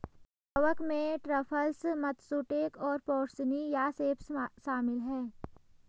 कवक में truffles, matsutake और पोर्सिनी या सेप्स शामिल हैं